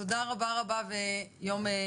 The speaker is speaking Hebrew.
תודה רבה רבה ויום טוב.